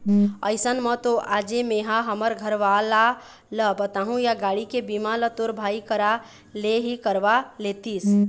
अइसन म तो आजे मेंहा हमर घरवाला ल बताहूँ या गाड़ी के बीमा ल तोर भाई करा ले ही करवा लेतिस